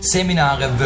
Seminare